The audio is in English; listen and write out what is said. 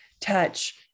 touch